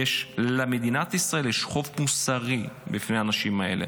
כי למדינת ישראל יש חוב מוסרי כלפי האנשים האלה.